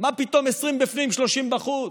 מה פתאום 20 בפנים ו-30 בחוץ?